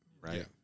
right